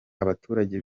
abaturage